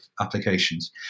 applications